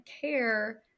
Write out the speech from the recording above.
care